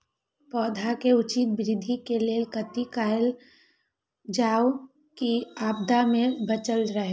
पौधा के उचित वृद्धि के लेल कथि कायल जाओ की आपदा में बचल रहे?